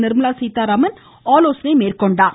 நிர்மலா சீதாராமன் ஆலோசனை மேற்கொண்டார்